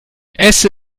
esse